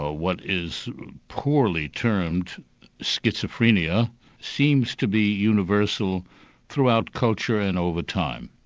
ah what is poorly termed schizophrenia seems to be universal throughout culture and over time.